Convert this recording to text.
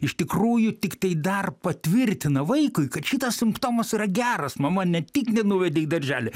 iš tikrųjų tiktai dar patvirtina vaikui kad šitas simptomas yra geras mama ne tik nenuvedė į darželį